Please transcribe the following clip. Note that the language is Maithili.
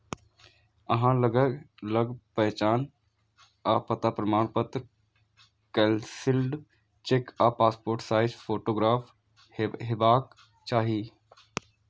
अहां लग पहचान आ पता प्रमाणपत्र, कैंसिल्ड चेक आ पासपोर्ट साइज फोटोग्राफ हेबाक चाही